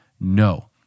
No